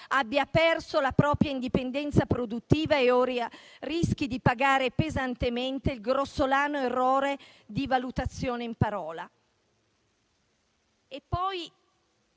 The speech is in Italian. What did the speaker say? abbia perso la propria indipendenza produttiva e ora rischi di pagare pesantemente il grossolano errore di valutazione in parola.